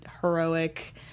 heroic